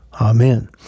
Amen